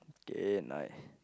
okay nice